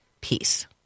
peace